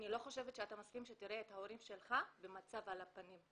אני לא חושבת שאתה מסכים שתראה את ההורים שלך במצב על הפנים.